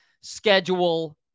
Schedule